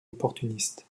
opportuniste